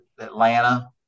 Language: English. Atlanta